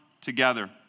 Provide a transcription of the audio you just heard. together